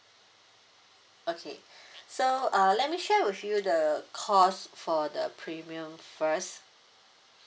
okay so uh let me share with you the cost for the premium first